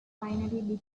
finally